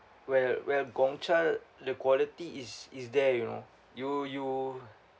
where where Gong Cha the quality is is there you know you you